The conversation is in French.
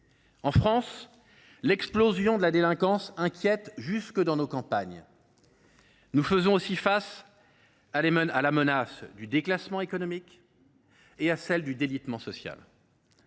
En France, l’explosion de la délinquance inquiète jusque dans nos campagnes. Nous faisons aussi face à la menace du déclassement économique et à celle du délitement social.